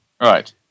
Right